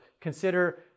consider